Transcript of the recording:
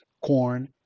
corn